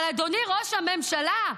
אבל אדוני ראש הממשלה,